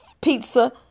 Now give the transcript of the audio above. pizza